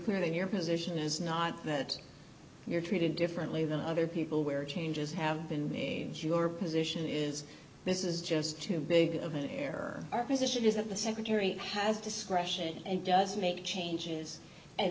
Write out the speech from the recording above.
clearly in your position is not that you're treated differently than other people where changes have been made your position is this is just too big of an error our position is that the secretary has discretion and does make changes and